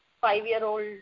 five-year-old